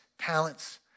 talents